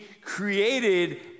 created